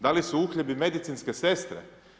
Da li su uhljebi medicinske sestre?